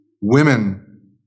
women